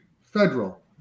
federal